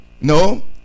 no